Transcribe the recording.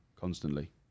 constantly